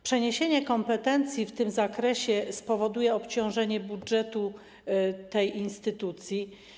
Przeniesienie kompetencji w tym zakresie spowoduje obciążenie budżetu tej instytucji.